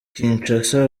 kinshasa